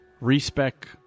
respec